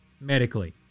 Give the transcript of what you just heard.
Medically